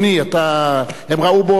הם ראו בו סמל ציוני.